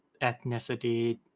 ethnicity